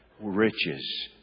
riches